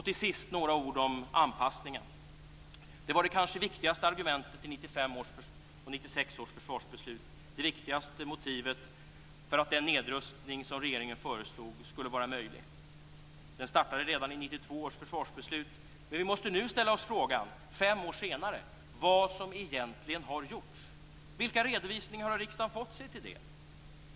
Till sist några ord om anpassningen, som i 1995 och 1996 års försvarsbeslut var det kanske viktigaste motivet för att den nedrustning som regeringen föreslog skulle vara möjlig. Den startade redan i 1992 års försvarsbeslut, men vi måste nu - fem år senare - ställa oss frågan vad som egentligen har gjorts. Vilka redovisningar har riksdagen fått?